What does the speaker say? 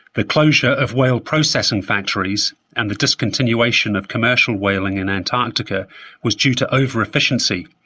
the closure of whale processing factories and the discontinuation of commercial whaling in antarctica was due to over efficiency,